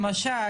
למשל,